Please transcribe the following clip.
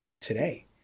today